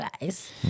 guys